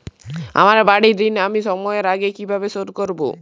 আমার বাড়ীর ঋণ আমি সময়ের আগেই কিভাবে শোধ করবো?